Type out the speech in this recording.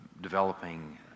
developing